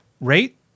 rate